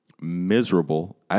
miserable